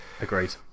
agreed